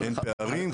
אין פערים.